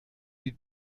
die